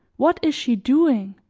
what is she doing?